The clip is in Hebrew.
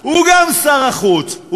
הוא גם שר החוץ,